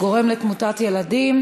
גורם לתמותת ילדים,